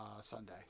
Sunday